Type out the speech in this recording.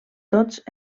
tots